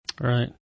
Right